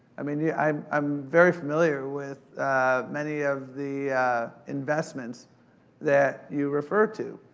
i mean, yeah i'm i'm very familiar with many of the investments that you refer to.